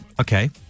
Okay